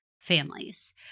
families